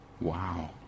Wow